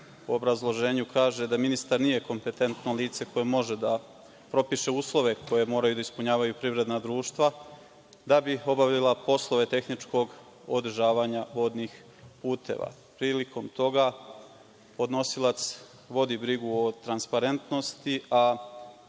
u obrazloženju kaže da ministar nije kompetentno lice koje može da propiše uslove koje moraju da ispunjavaju privredna društva da bi obavila poslove tehničkog održavanja vodnih puteva. Prilikom toga podnosilac vodi brigu o transparentnosti,